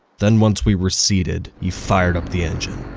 then, once we were seated, he fired up the engine.